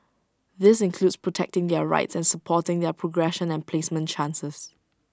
this includes protecting their rights and supporting their progression and placement chances